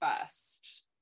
first